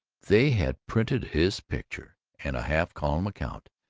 they had printed his picture and a half-column account.